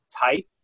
type